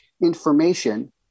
information